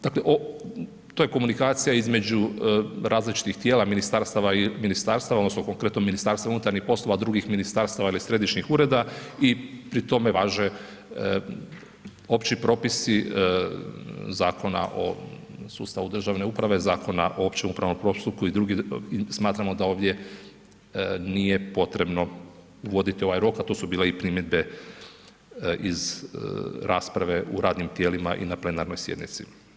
Dakle, to je komunikacija između različitih tijela ministarstava i ministarstava odnosno konkretno MUP-a, drugih ministarstava ili središnjih ureda i pri tome važe opći propisi Zakona o sustavu državne uprave, Zakona o općem upravom postupku i smatramo da ovdje nije potrebno voditi ovaj rok, a to su bile i primjedbe iz rasprave u radnim tijelima i na plenarnoj sjednici.